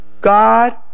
God